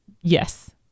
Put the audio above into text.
yes